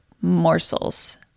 morsels